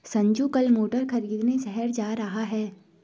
संजू कल मोटर खरीदने शहर जा रहा है